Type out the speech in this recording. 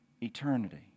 eternity